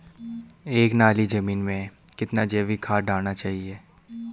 एक नाली जमीन में कितना जैविक खाद डालना चाहिए?